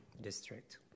district